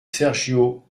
sergio